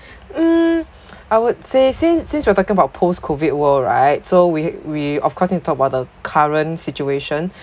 um I would say since since we're talking about post COVID world right so we we of course need to talk about the current situation